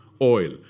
oil